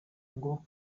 ngo